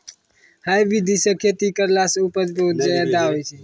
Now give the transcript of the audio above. है विधि सॅ खेती करला सॅ उपज बहुत ज्यादा होय छै